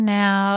now